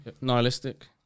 Nihilistic